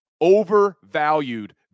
overvalued